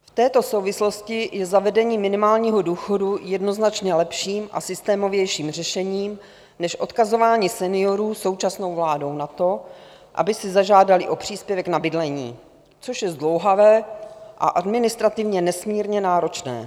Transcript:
V této souvislosti je zavedení minimálního důchodu jednoznačně lepším a systémovějším řešením než odkazování seniorů současnou vládou na to, aby si zažádali o příspěvek na bydlení, což je zdlouhavé a administrativně nesmírně náročné.